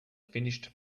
finished